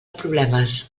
problemes